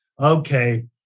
Okay